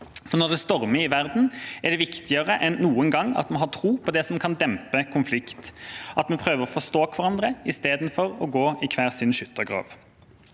for når det stormer i verden, er det viktigere enn noen gang at vi har tro på det som kan dempe konflikt, at vi prøver å forstå hverandre i stedet for å gå i hver vår skyttergrav.